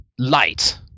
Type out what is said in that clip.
light